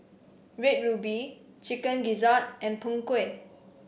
Red Ruby Chicken Gizzard and Png Kueh